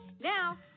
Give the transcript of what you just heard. Now